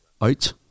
out